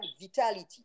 vitality